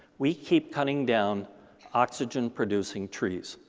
we keep cutting down oxygen-producing trees,